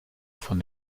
von